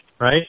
right